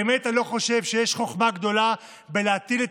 באמת אני לא חושב שיש חוכמה גדולה בלהטיל את